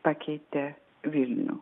pakeitė vilnių